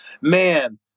man